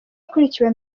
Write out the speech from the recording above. akurikiwe